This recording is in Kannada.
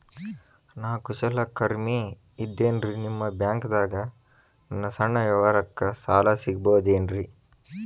ನಾ ಕುಶಲಕರ್ಮಿ ಇದ್ದೇನ್ರಿ ನಿಮ್ಮ ಬ್ಯಾಂಕ್ ದಾಗ ನನ್ನ ಸಣ್ಣ ವ್ಯವಹಾರಕ್ಕ ಸಾಲ ಸಿಗಬಹುದೇನ್ರಿ?